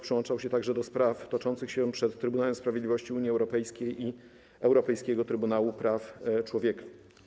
Przyłączał się także do spraw toczących się przed Trybunałem Sprawiedliwości Unii Europejskiej i Europejskim Trybunałem Praw Człowieka.